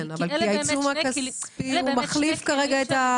כי הוא מחליף את הפלילי.